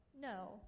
no